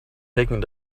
taking